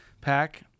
pack